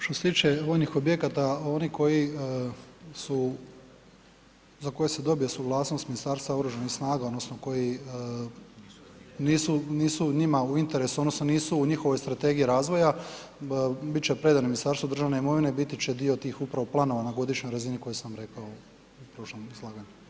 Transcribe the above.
Što se tiče vojnih objekata, oni koji su, za koje se dobije suglasnost Ministarstva oružanih snaga odnosno koji nisu njima u interesu odnosno nisu u njihovoj strategiji razvoja, bit će predani Ministarstvu državne imovine, biti će dio tih upravo planova na godišnjoj razini koje sam rekao u prošlom izlaganju.